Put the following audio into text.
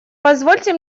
позвольте